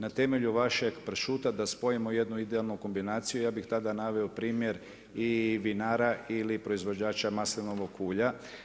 Na temelju vašeg pršuta da spojimo jednu idealnu kombinaciju, ja bih tada naveo primjer i vinara ili proizvođača maslinovog ulja.